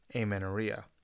Amenorrhea